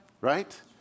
right